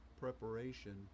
preparation